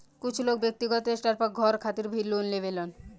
कुछ लोग व्यक्तिगत स्टार पर घर खातिर भी लोन लेवेलन